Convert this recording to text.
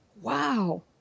wow